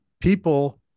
people